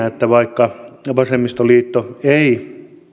että vaikka vasemmistoliitto ei